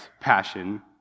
passion